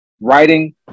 writing